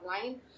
online